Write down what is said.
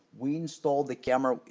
we installed the camera,